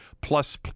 plus